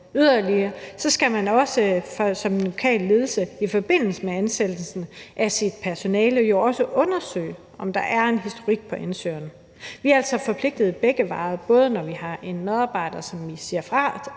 Yderligere skal man som lokal ledelse i forbindelse med ansættelsen af sit personale også undersøge, om der er en problematisk historik hos ansøgeren. Man er altså forpligtet begge veje, både når man har en medarbejder, som man siger fra